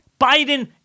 Biden